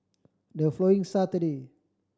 the following Saturday